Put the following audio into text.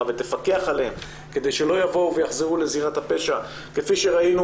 ותפקח עליהם כדי שלא יבואו ויחזרו לזירת הפשע כפי שראינו